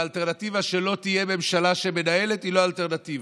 האלטרנטיבה שלא תהיה ממשלה שמנהלת היא לא אלטרנטיבה,